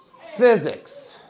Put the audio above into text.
physics